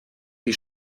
die